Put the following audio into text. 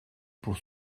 pour